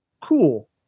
cool